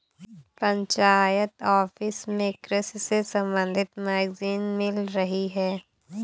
panchayat office में कृषि से संबंधित मैगजीन मिल रही है